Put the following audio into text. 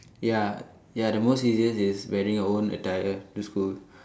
ya ya the most easiest is wearing your own attire to school